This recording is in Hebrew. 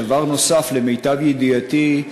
דבר נוסף, למיטב ידיעתי,